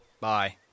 Bye